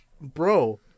bro